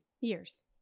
Years